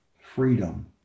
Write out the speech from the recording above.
freedom